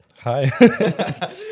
Hi